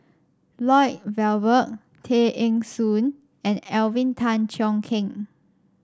Lloyd Valberg Tay Eng Soon and Alvin Tan Cheong Kheng